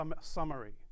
summary